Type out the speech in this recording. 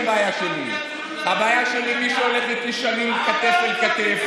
הבעיה שלי היא עם מי שהולך איתי כתף אל כתף,